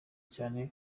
cyane